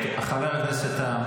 חבר הכנסת טאהא,